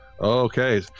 okay